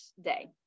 day